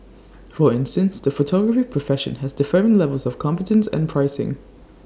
for instance the photography profession has differing levels of competence and pricing